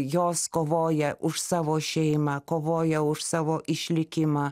jos kovoja už savo šeimą kovoja už savo išlikimą